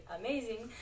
amazing